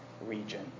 region